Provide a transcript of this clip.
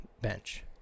bench